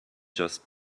just